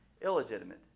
Illegitimate